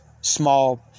small